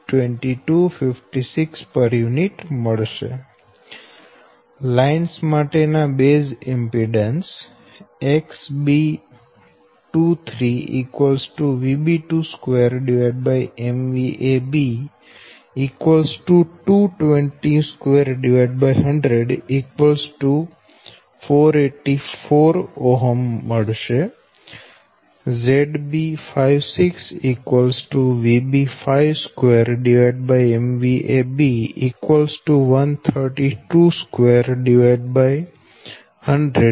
2256 pu lines માટેના base impedance ZB2 3 2B 2100 484 ZB5 6 2B 2100 174